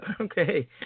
okay